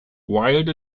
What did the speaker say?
wild